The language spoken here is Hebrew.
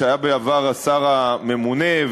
שהיה בעבר השר הממונה,